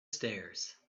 stairs